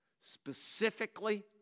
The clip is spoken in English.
Specifically